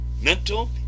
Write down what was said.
mental